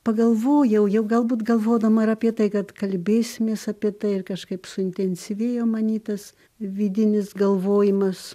pagalvojau jau galbūt galvodama ir apie tai kad kalbėsimės apie tai ir kažkaip suintensyvėjo many tas vidinis galvojimas